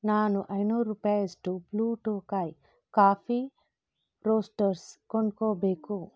ನಾನು ಐನೂರು ರೂಪಾಯಿ ಅಷ್ಟು ಬ್ಲೂ ಟೋಕಾಯ್ ಕಾಫಿ ರೋಸ್ಟರ್ಸ್ ಕೊಂಡ್ಕೊಳ್ಬೇಕು